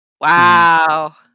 Wow